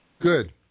Good